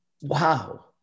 Wow